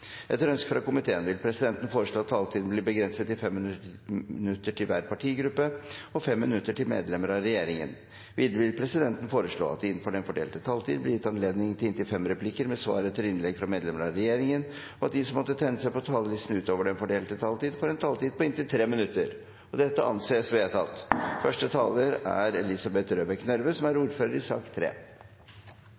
Etter ønske fra komiteen vil presidenten foreslå at taletiden blir begrenset til 5 minutter til hver partigruppe og 5 minutter til medlemmer av regjeringen. Videre vil presidenten foreslå at det – innenfor den fordelte taletid – blir gitt anledning til inntil fem replikker med svar etter innlegg fra medlemmer av regjeringen, og at de som måtte tegne seg på talerlisten utover den fordelte taletid, får en taletid på inntil 3 minutter. – Det anses vedtatt. Første taler er